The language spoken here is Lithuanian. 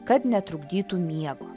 kad netrukdytų miego